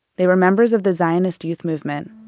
they were members of the zionist youth movement.